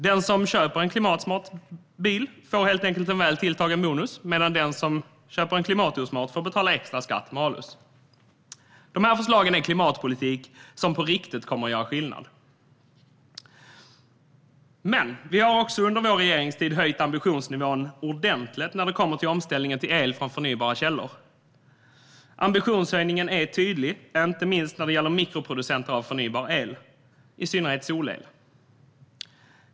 Den som köper en klimatsmart bil får helt enkelt en väl tilltagen bonus, medan den som köper en klimatosmart bil får betala extra skatt - alltså malus. Dessa förslag är klimatpolitik som kommer att göra skillnad på riktigt. Vi har under vår regeringstid höjt ambitionsnivån ordentligt när det gäller omställningen till el från förnybara källor. Ambitionshöjningen är tydlig, inte minst när det gäller mikroproducenter av förnybar el, i synnerhet solel.